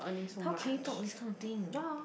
how can you talk this kind of thing